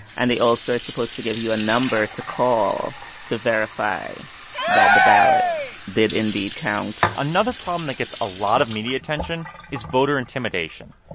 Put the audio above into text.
and they also are supposed to give you a number to call to verify that the ballot did indeed count another problem that gets a lot of media attention is voter intimidation.